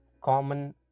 common